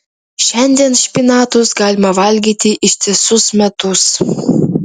šiandien špinatus galima valgyti ištisus metus